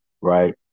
right